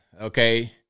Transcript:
okay